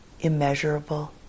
immeasurable